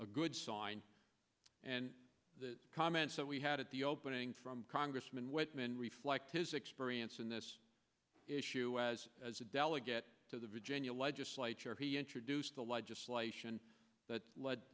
a good sign and the comments that we had at the opening from congressman whitman reflect his experience in this issue as as a delegate to the virginia legislature he introduced the legislation that led